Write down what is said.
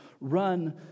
run